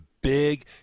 big